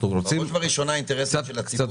בראש ובראשונה האינטרסים של הציבור הרחב.